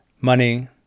Money